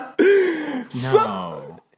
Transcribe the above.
No